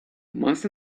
must